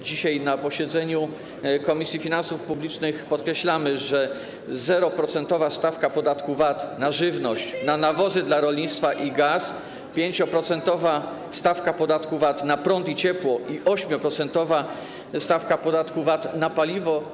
Dzisiaj na posiedzeniu Komisji Finansów Publicznych podkreślaliśmy, że zeroprocentowa stawka podatku VAT na żywność, na nawozy dla rolnictwa i gaz, 5-procentowa stawka podatku VAT na prąd i ciepło i 8-procentowa stawka podatku VAT na paliwo.